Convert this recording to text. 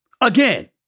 again